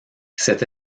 cette